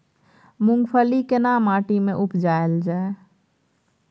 मूंगफली केना माटी में उपजायल जाय?